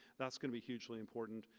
that's gonna be hugely important.